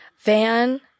Van